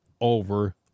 over